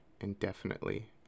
indefinitely